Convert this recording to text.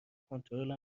کنترل